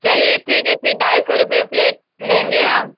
चलिए ठीक है फिर ढाई सौ रुपए प्लेट लेंगे हम